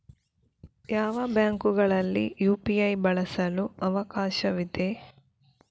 ಯಾವ ಬ್ಯಾಂಕುಗಳಲ್ಲಿ ಯು.ಪಿ.ಐ ಬಳಸಲು ಅವಕಾಶವಿದೆ?